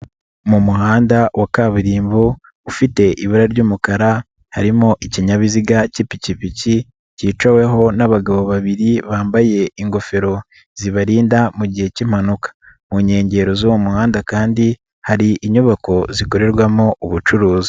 Mu muhanda wa kaburimbo ufite ibara ry'umukara harimo ikinyabiziga k'ipikipiki kicaweho n'abagabo babiri bambaye ingofero zibarinda mu gihe k'impanuka, mu nkengero z'uwo muhanda kandi hari inyubako zikorerwamo ubucuruzi.